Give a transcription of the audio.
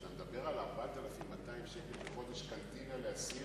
כשאתה מדבר על 4,200 שקל בחודש קנטינה לאסיר,